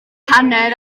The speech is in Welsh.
hanner